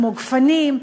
כמו גפנים,